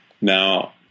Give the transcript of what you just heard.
now